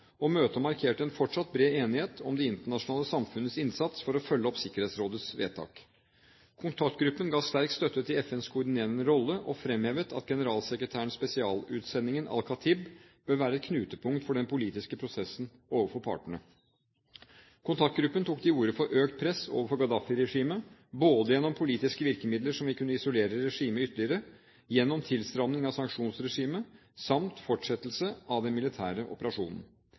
og møtet markerte fortsatt en bred enighet om det internasjonale samfunnets innsats for å følge opp Sikkerhetsrådets vedtak. Kontaktgruppen ga sterk støtte til FNs koordinerende rolle og fremhevet at generalsekretærens spesialutsending, Al-Khatib, bør være et knutepunkt for den politiske prosessen overfor partene. Kontaktgruppen tok til orde for økt press overfor Gaddafi-regimet, både gjennom politiske virkemidler som vil isolere regimet ytterligere, gjennom tilstramming av sanksjonsregimet samt fortsettelse av den militære operasjonen.